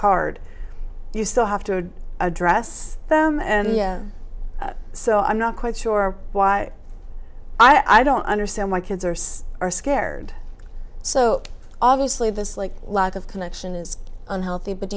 card you still have to address them and so i'm not quite sure why i don't understand why kids are so scared so obviously this like lack of connection is unhealthy but do